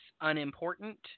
unimportant